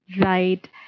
Right